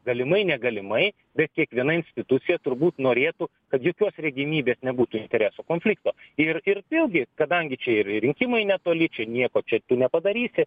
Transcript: galimai negalimai bet kiekviena institucija turbūt norėtų kad jokiuos regimybės nebūtų interesų konflikto ir ir vėlgi kadangi čia ir rinkimai netoli čia nieko čia tu nepadarysi